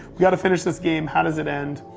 we got to finish this game. how does it end?